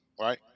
right